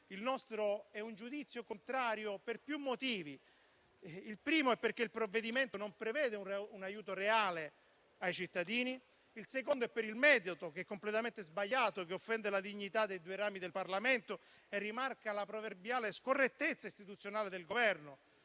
contrario e un giudizio contrario per più motivi. Il primo è perché il provvedimento non prevede un aiuto reale ai cittadini; il secondo è per il metodo, che è completamente sbagliato, che offende la dignità dei due rami del Parlamento e rimarca la proverbiale scorrettezza istituzionale del Governo,